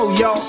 yo